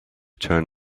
turn